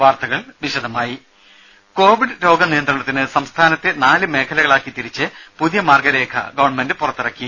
വാർത്തകൾ വിശദമായി കോവിഡ് രോഗ നിയന്ത്രണത്തിന് സംസ്ഥാനത്തെ നാല് മേഖലകളാക്കി തിരിച്ച് പുതിയ മാർഗ്ഗരേഖ ഗവൺമെന്റ് പുറത്തിറക്കി